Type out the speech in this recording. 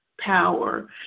power